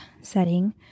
setting